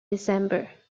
december